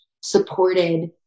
supported